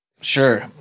Sure